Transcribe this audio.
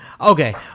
Okay